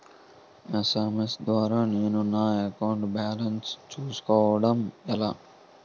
SMS ద్వారా నేను నా అకౌంట్ బాలన్స్ చూసుకోవడం ఎలా?